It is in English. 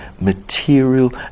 material